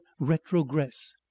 retrogress